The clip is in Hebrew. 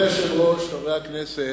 אדוני היושב-ראש, חברי הכנסת,